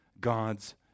God's